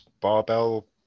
barbell